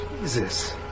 Jesus